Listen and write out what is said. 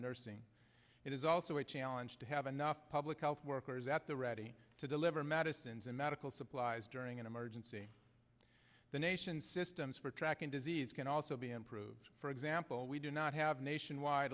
nursing it is also a challenge to have enough public health workers at the ready to deliver medicines and medical supplies during an emergency the nation's systems for tracking disease can also be improved for example we do not have nationwide